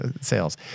sales